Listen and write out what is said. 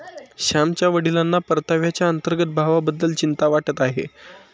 श्यामच्या वडिलांना परताव्याच्या अंतर्गत भावाबद्दल चिंता वाटत आहे